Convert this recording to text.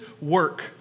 work